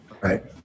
right